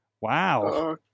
Wow